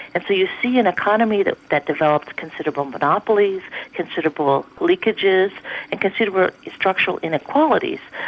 and so you see an economy that that developed considerable monopolies, considerable leakages and considerable structural inequalities,